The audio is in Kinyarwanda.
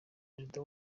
perezida